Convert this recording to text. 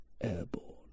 airborne